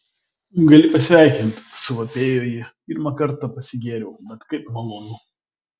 gali pasveikinti suvapėjo ji pirmą kartą pasigėriau bet kaip malonu